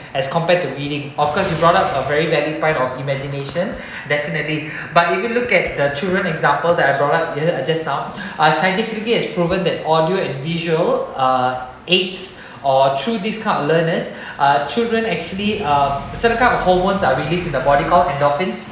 as compared to reading of course you've brought up a very badly deprive of imagination definitely but you can look at the children example that I brought up isn't just now scientifically is proven that audio and visual uh aids or through this kind of learners uh children actually uh some kinds of hormone are released in the body called endorphin